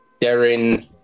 Darren